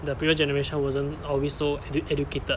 the perious generation wasn't always so edu~ educated